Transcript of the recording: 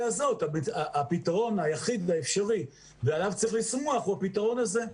הזאת הפתרון היחיד והאפשרי ועליו צריך לשמוח הוא הפתרון הזה.